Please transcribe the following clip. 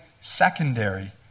secondary